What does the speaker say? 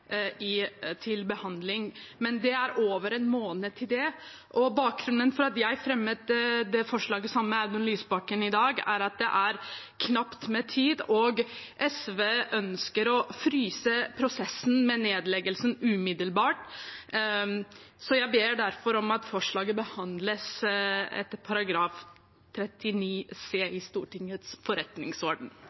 Senterpartiet til behandling. Men det er over en måned til. Bakgrunnen for at jeg fremmet dette forslaget sammen med Audun Lysbakken i dag, er at det er knapt med tid, og SV ønsker å fryse prosessen med nedleggelsen umiddelbart. Så jeg ber derfor om at forslaget behandles etter § 39 c i Stortingets forretningsorden.